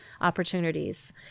opportunities